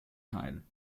teil